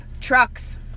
trucks